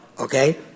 okay